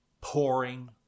pouring